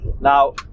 Now